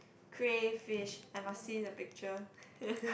crayfish I must see the picture